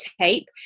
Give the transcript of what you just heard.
tape